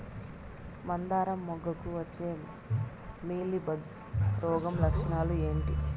మందారం మొగ్గకు వచ్చే మీలీ బగ్స్ రోగం లక్షణాలు ఏంటి?